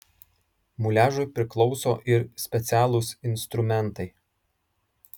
muliažui priklauso ir specialūs instrumentai